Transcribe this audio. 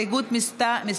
יחיאל חיליק בר,